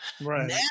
right